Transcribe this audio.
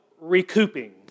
recouping